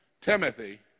Timothy